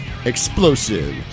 explosive